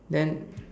then